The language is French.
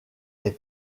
est